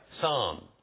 psalm